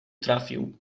trafił